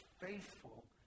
faithful